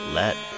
let